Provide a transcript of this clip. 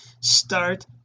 Start